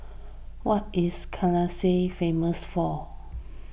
what is Kinshasa famous for